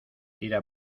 tira